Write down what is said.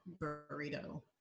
burrito